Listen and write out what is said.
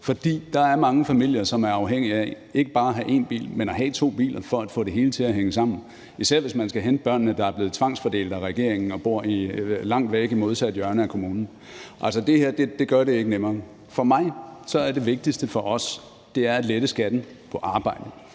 der er mange familier, som er afhængige af ikke bare at have én bil, men to biler for at få det hele til at hænge sammen, især hvis man skal hente børnene, der er blevet tvangsfordelt af regeringen, og man bor langt væk i det modsatte hjørne af kommunen. Altså, det her gør det ikke nemmere. For mig er det vigtigste for os at lette skatten på arbejde,